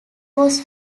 was